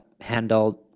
handled